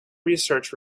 research